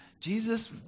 Jesus